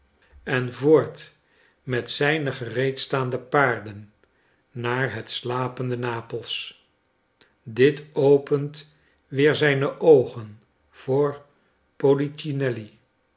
en voort met zijne gereedstaande paarden naar het slapende nap els dit opent weer zijne oogen voor